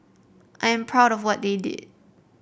I am proud of what they did